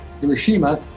Hiroshima